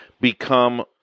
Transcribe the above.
become